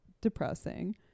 depressing